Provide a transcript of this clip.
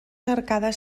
arcades